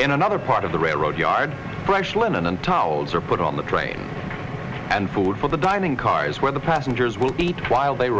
in another part of the railroad yard fresh linen and towels are put on the train and food for the dining cars where the passengers will beat while they